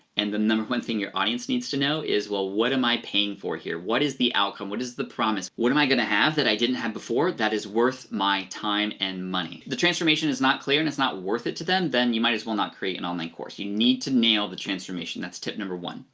and the number one thing your audience needs to know, is well what am i paying for here? what is the outcome, what is the promise? what am i gonna have that i didn't have before that is worth my time and money? if the transformation is not clear and it's not worth it to them, then you might as well not create an online course. you need to nail the transformation, that's tip number one.